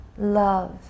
Love